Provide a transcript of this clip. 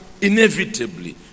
inevitably